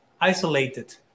isolated